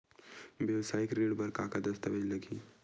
वेवसायिक ऋण बर का का दस्तावेज लगही?